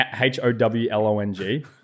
H-O-W-L-O-N-G